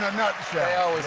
um nutshell.